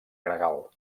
gregal